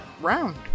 round